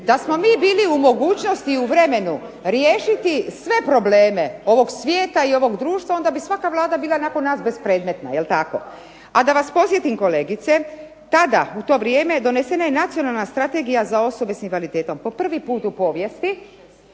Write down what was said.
Da smo mi bili u mogućnosti u vremenu riješiti sve probleme ovog svijeta i ovog društva, onda bi svaka Vlada bila ... nas bespredmetna. A da vas podsjetim kolegice, tada u to vrijeme je donesene Nacionalna strategija za osobe sa invaliditetom, po prvi puta u povijesti